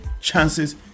chances